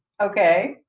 okay